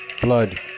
blood